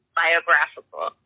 biographical